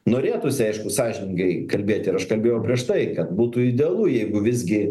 norėtųsi aišku sąžiningai kalbėt ir aš kabėjau prieš tai kad būtų idealu jeigu visgi